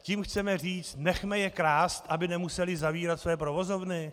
Tím chceme říct nechme je krást, aby nemuseli zavírat své provozovny?